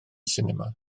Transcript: sinema